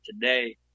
today